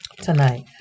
Tonight